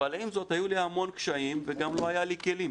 אבל עם זאת היו לי המון קשיים ולא היו לי כלים